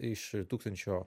iš tūkstančio